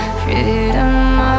freedom